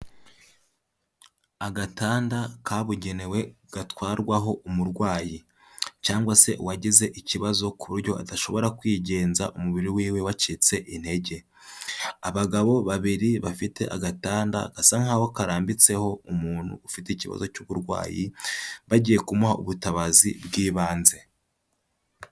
Agatanda kabugenewe gatwarwaho umurwayi cyangwa se uwagize ikibazo kuburyo adashobora kwigenza, umubiri wiwe wacitse intege. Abagabo babiri bafite agatanda gasa nkahoa karambitseho umuntu ufite ikibazo cy'uburwayi bagiye kumuha ubutabazi bw'ibanze.